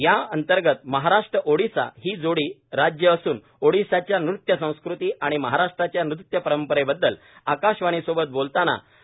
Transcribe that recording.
या अंतर्गत महाराष्ट्र ओडिशा ही जोडी राज्य असून ओडिशाच्या नृत्य संस्कृती आणि महाराष्ट्राच्या नृत्य परंपरेबद्दल आकाशवाणीसोबत बोलताना प्रो